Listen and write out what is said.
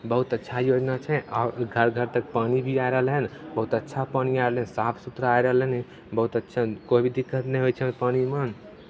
बहुत अच्छा योजना छै आओर घर घर तक पानि भी आइ रहलै हन बहुत अच्छा आइ रहलै साफ सुथरा आइ रहलै हन बहुत अच्छा कोइ भी दिक्कत नहि होइ छै ओहि पानिमे